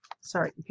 Sorry